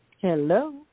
Hello